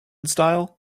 style